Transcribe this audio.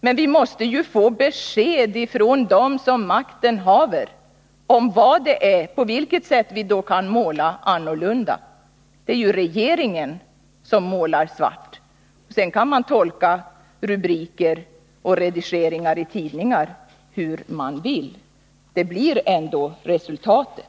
Men vi måste ju få besked från dem som makten haver hur vi då skall måla annorlunda. Det är ju regeringen som målar svart. Sedan kan man tolka rubriker och redigeringar i tidningar hur man vill — detta blir ändå resultatet.